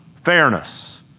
fairness